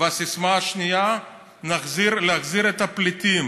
והסיסמה השנייה, נחזיר את הפליטים